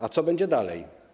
A co będzie dalej?